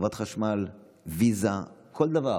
חברת חשמל, ויזה, כל דבר.